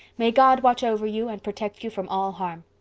may god watch over you and protect you from all harm.